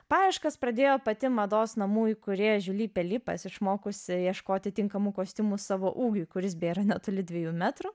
paieškas pradėjo pati mados namų įkūrėja juli puli išmokusi ieškoti tinkamų kostiumų savo ūgiui kuris beje yra netoli dviejų metrų